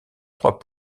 trois